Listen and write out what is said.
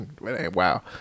wow